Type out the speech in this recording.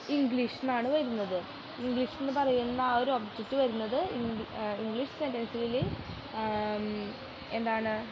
ഇംഗ്ലീഷെന്നാണ് വരുന്നത് ഇംഗ്ലീഷിൽ നിന്ന് പറയുന്ന ആ ഒരു ഒബ്ജക്റ്റ് വരുന്നത് ഇംഗ്ലീഷ് സെൻറ്റൻസിൽ എന്താണ്